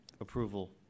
approval